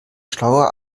schlauer